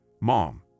Mom